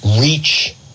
reach